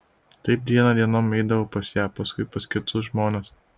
taip diena dienon eidavau pas ją paskui pas kitus žmones